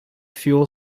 fuel